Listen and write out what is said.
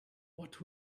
what